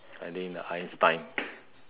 I think the Einstein